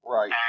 Right